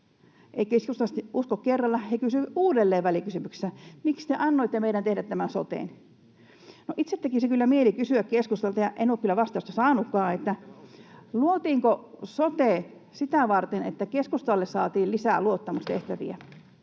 Eivät keskustalaiset usko kerralla, vaan he kysyvät uudelleen välikysymyksessä: ”Miksi te annoitte meidän tehdä tämän soten?” No itse tekisi kyllä mieli kysyä keskustalta — ja en ole kyllä vastausta saanutkaan — luotiinko sote sitä varten, että keskustalle saatiin lisää luottamustehtäviä.